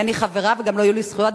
אינני חברה וגם לא יהיו לי זכויות,